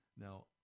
Now